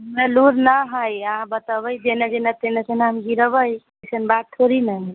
ना लूर ना हइ अहाँ बतेबै जेना जेना तेना तेना हम गिरेबै अइसन बात थोड़े ना हइ